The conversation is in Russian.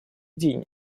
день